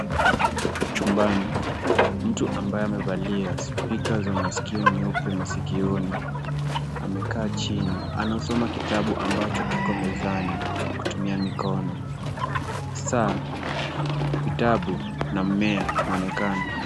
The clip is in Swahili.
Chumbani ,mtu ambaye amevalia spika za masikio nyeupe masikioni amekaa chini. Anasoma kitabu ambacho kiko mezani kutumia mikono. Saa, vitabu na mmea unaonekana.